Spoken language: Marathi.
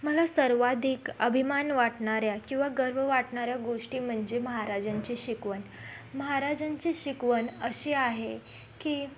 मला सर्वाधिक अभिमान वाटणाऱ्या किंवा गर्व वाटणाऱ्या गोष्टी म्हणजे महाराजांचे शिकवण महाराजांची शिकवण असे आहे की